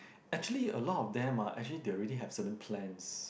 actually a lot of them ah actually they already have certain plans